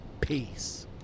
peace